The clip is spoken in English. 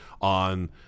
on